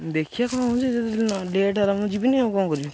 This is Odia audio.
ଦେଖିବା କ'ଣ ହେଉଛି ଯଦି ଲେଟ୍ ହବ ଆଉ ମୁଁ ଯିବିନି ଆଉ କ'ଣ କରିବି